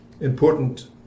important